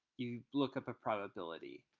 you look up a probability.